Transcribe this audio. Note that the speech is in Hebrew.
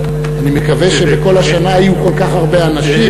אני מקווה שבכל השנה יהיו כל כך הרבה אנשים,